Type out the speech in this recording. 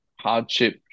hardship